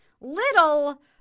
Little